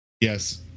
Yes